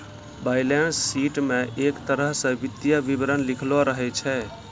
balance sheet म एक तरह स वित्तीय विवरण लिखलो रहै छै